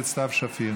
התשע"ח